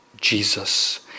Jesus